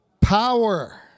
power